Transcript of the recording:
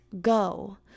go